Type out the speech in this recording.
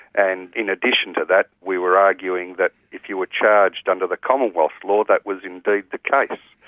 and, in addition to that, we were arguing that, if you were charged under the commonwealth law, that was indeed the case.